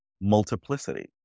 multiplicity